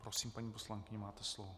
Prosím, paní poslankyně, máte slovo.